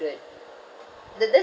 th~ that's